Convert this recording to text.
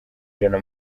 ijana